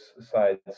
sides